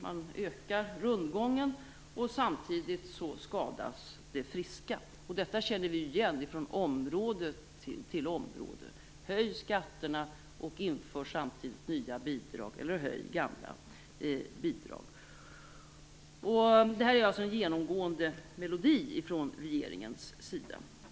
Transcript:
Man ökar rundgången, och samtidigt skadas det friska. Detta känner vi igen från område till område: Höj skatterna och inför samtidigt nya bidrag eller höj gamla bidrag. Det här är en genomgående melodi från regeringens sida.